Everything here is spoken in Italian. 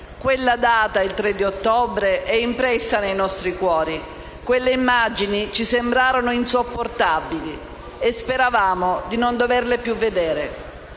Quella data - il 3 ottobre - è impressa nei nostri cuori, quelle immagini ci sembrarono insopportabili e speravamo di non doverle più vedere